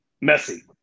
Messy